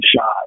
shot